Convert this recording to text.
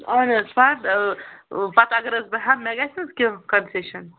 اَہَن حظ پَتہٕ ٲں پَتہٕ اگر حظ بہٕ ہیٚمہٕ مےٚ گَژھِ حظ کیٚنہہ کَنٛسیشَن